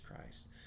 Christ